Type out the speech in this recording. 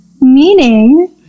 meaning